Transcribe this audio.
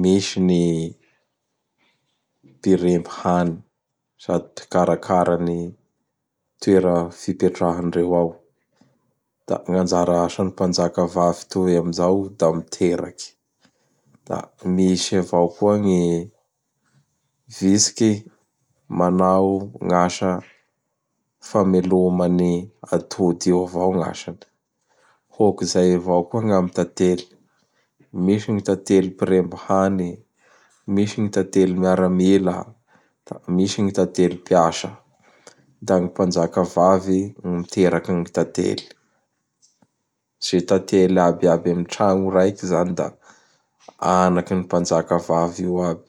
misy ny mpiremby hany sady mpikarakara ny toera fipetrahandreo ao; da gn anjara asan'ny Mpanjakavavy toy ami'izao da miteraky. Da misy avao koa gn vitsiky manao gn asa fameloma an'ny atody io avao gn asany. Hôkizay avao koa ny amin'ny Tantely; misy ny Tantely piremby hany, misy ny Tantely miaramila, misy ny Tantely mpiasa; da ny Mpanjakavavy gny miteraky ny Tantely. Izay tantely abiaby amin'ny tragno raiky izany da anakin'ny Mpanjakavavy io aby.